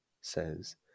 says